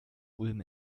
ulm